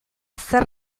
zer